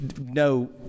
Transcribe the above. no